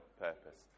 purpose